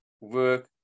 work